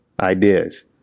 ideas